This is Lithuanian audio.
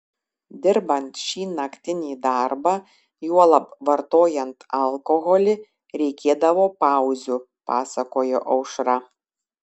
dirbant šį naktinį darbą juolab vartojant alkoholį reikėdavo pauzių pasakojo aušra